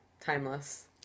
timeless